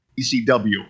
ECW